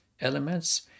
elements